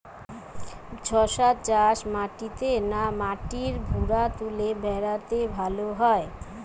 শশা চাষ মাটিতে না মাটির ভুরাতুলে ভেরাতে ভালো হয়?